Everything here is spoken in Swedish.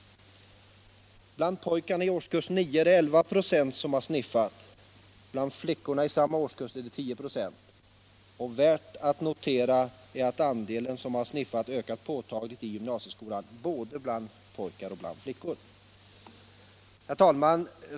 Bland pojkarna i årskurs 9 är det 11 96 som har sniffat, bland flickorna i samma årskurs är det 10 926. Värt att notera är att andelen som har sniffat har ökat påtagligt i gymnasieskolan både bland pojkar och bland flickor. Herr talman!